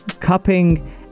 cupping